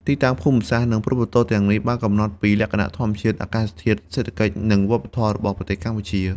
ទីតាំងភូមិសាស្ត្រ និងព្រំប្រទល់ទាំងនេះបានកំណត់ពីលក្ខណៈធម្មជាតិ អាកាសធាតុ សេដ្ឋកិច្ច និងវប្បធម៌របស់ប្រទេសកម្ពុជា។